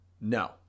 No